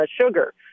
sugar